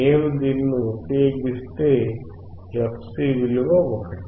నేను దీనిని ఉపయోగిస్తే fc విలువ 1